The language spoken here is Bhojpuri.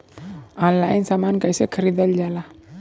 ऑनलाइन समान कैसे खरीदल जाला?